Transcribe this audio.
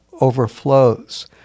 overflows